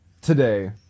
today